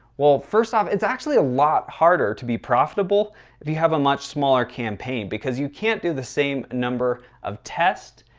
well, first off, it's actually a lot harder to be profitable if you have a much smaller campaign because you can't do the same number of tests.